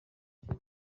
kigo